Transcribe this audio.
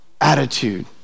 attitude